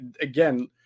again